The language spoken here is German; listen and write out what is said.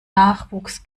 nachwuchs